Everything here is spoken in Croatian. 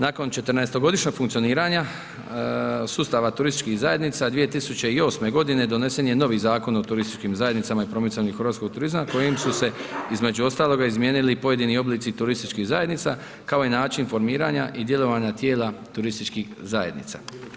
Nakon 14-godišnjeg funkcioniranja sustava turističkih zajednica, 2008. godine donesen je novi Zakon o turističkim zajednicama i promicanju hrvatskog turizma kojim su se, između ostaloga izmijenili i pojedini oblici turističkih zajednica, kao i način formiranja i djelovanja tijela turističkih zajednica.